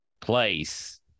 place